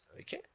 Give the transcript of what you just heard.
Okay